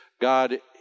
God